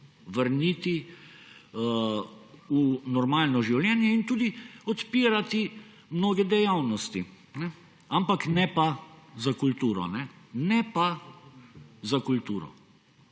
vrniti v normalno življenje in odpirati mnoge dejavnosti. Ampak ne pa za kulturo. Ne pa za kulturo.